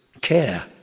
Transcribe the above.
care